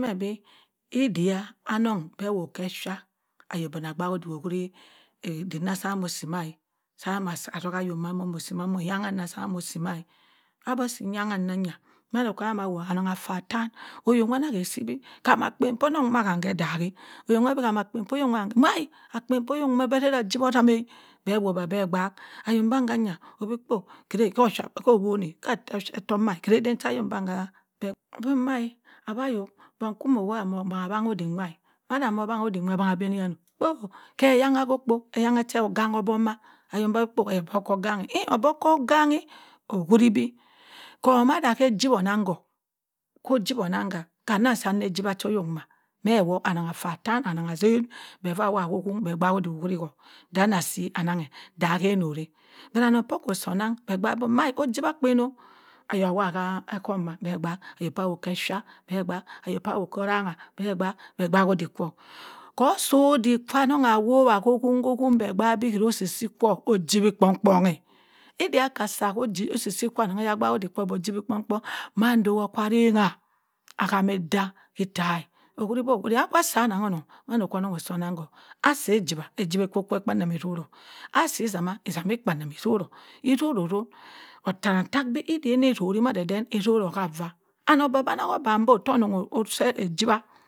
Mam bi ebia anung peh ewok keh effia ayok buno agbaak udik ukwuni idik nah sambo usi mah sam- ah atagha ayok mamah muh usi mah iyangha nah cha muh usi ma abah asi nyangh nu nwa aneng afah atan oyok wuna keh esibi kah akpen poh onung nwa heh hi idanghe ayok boh obeh akpen poh hinhi idaghe mma akpen poh onun nwu wey etere ejibo utem eh beh wama beh gbaak ayok bah mma nya oh kere koh ofoh eh meh etoma kere eden cha ayok bah peh buh ma abah ayok akwu mu agbangha awanhu udite nwa ane moh owanhudik nwa abinah yeno keyangho kpo eyangha che ogangho obok koh oganghe eh obok koh oganhi uwuri beh teuh mah atah ejibah enungho kuh ujip onengha kesa ejiwa cho oyok mma meh woh aneng affa etan anungh asen before beh mi humo ogbaak udik uhiriho ana asi anenghe dah min noreh ana aneng poh puh uso onang bun mma ujiw ah akpen ayok waha heh ekoma beh gbaak ayok pah awokeh effia beh gbaak ayoko pah awokeh arangha beh gbaak, beh gbaak udik foh koh osi udik kwa nen mah awowa koh ohon koh ohon beh gbaak bi usi so kwo ujibi kpong kpong eh ebeh akasa uji usi si aneng agbaak udik kwo buh ujiwe kpong kpong mando akwa arengha ahame edah ita- eh ukiri boh akasi cha anung onung nwa kwo oneng muh usi onengho asi ijibah ejibah meh kwe kpenen etoroh asi esema esema ekpenem eteroh eteretor eta atak bi ede neh etoro den itoro hah avah and oban boh oneng obanbe ofoh oneng usi ijiwah.